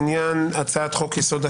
אנחנו בדיון בעניין הצעת חוק יסוד: